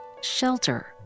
shelter